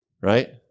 Right